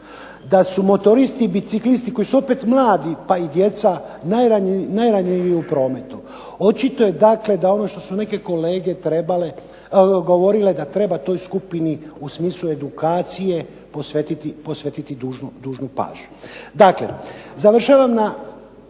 da su motoristi i biciklisti koji su opet mladi pa i djeca najranjiviji u prometu, očito je dakle da ono što su neke kolege trebale, govorile da treba toj skupini u smislu edukacije posvetiti dužnu pažnju. Dakle završavam na